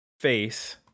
face